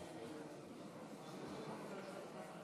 הצעת חוק-יסוד: